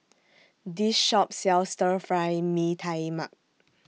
This Shop sells Stir Fry Mee Tai Mak